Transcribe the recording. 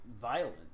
violent